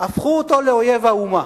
הפכו אותו לאויב האומה.